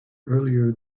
earlier